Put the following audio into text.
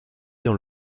dans